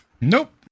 Nope